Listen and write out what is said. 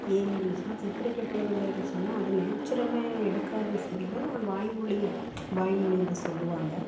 ஏன் என்றால் சித்தரிக்கப்படவில்லை என்று சொன்னால் அது நேச்சுரலாக எடுக்காத செய்திகளை நாம் வாய்மொழி வாய்மொழின்னு தான் சொல்வாங்க